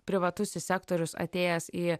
privatusis sektorius atėjęs į